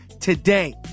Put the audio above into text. today